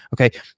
Okay